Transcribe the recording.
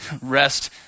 Rest